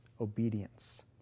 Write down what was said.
obedience